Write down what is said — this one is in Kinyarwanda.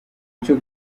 cyo